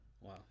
Wow